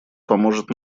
поможет